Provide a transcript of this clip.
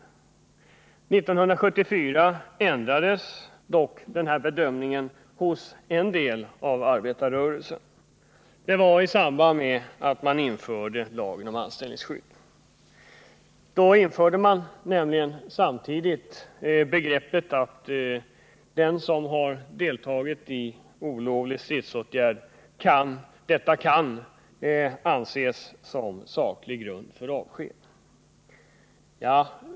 År 1974 ändrades dock denna bedömning hos en del av arbetarrörelsen. Det var i samband med införandet av lagen om anställningsskydd. Samtidigt infördes nämligen begreppet att deltagande i olovlig stridsåtgärd kan anses som saklig grund för avsked.